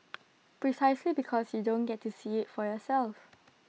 precisely because you don't get to see IT for yourself